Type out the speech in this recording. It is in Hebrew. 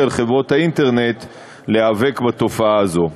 על חברות האינטרנט להיאבק בתופעה הזאת.